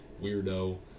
weirdo